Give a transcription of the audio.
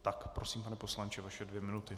Tak prosím, pane poslanče, vaše dvě minuty.